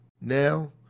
now